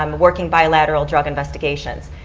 um working bilateral drug investigations.